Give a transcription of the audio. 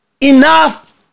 enough